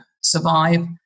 survive